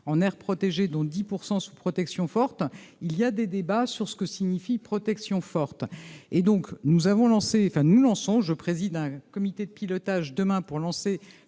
en aires protégées, dont 10 pourcent sous protection forte il y a des débats sur ce que signifie protection forte et donc nous avons lancé fin nuançant je préside un comité de pilotage demain pour lancer